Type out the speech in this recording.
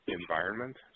environment